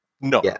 No